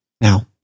Now